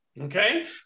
Okay